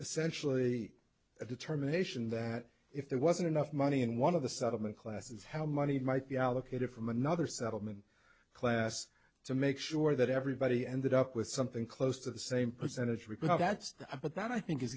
essentially a determination that if there wasn't enough money in one of the settlement classes how money might be allocated from another settlement class to make sure that everybody ended up with something close to the same percentage we could have that's but that i think i